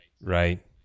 Right